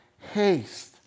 haste